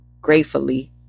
gratefully